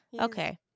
Okay